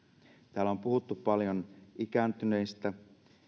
täällä on puhuttu paljon ikääntyneistä